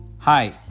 Hi